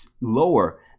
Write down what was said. lower